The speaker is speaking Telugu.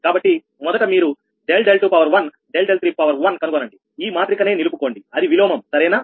కాబట్టి మొదట మీరు ∆𝛿2∆𝛿3 కనుగొనండి ఈ మాత్రిక నే నిలుపు కోండి అది విలోమం సరేనా